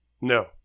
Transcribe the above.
No